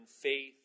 faith